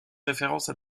références